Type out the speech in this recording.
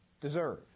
deserve